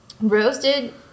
Roasted